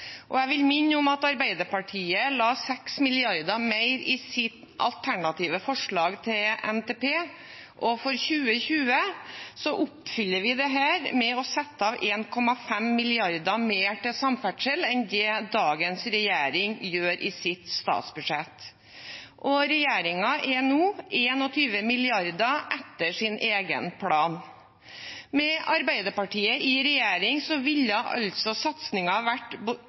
sagt. Jeg vil minne om at Arbeiderpartiet la 6 mrd. kr mer i sitt alternative forslag til NTP, og for 2020 oppfyller vi dette med å sette av 1,5 mrd. kr mer til samferdsel enn det dagens regjering gjør i sitt statsbudsjett. Regjeringen er nå 21 mrd. kr etter sin egen plan. Med Arbeiderpartiet i regjering ville altså satsingen vært